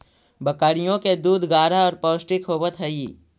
बकरियों के दूध गाढ़ा और पौष्टिक होवत हई